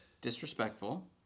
disrespectful